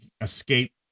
escape